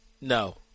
no